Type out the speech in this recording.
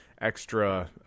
extra